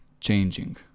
changing